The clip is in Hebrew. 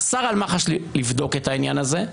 אסר על מח"ש לבדוק את העניין הזה,